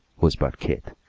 whispered keith,